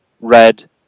red